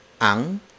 ang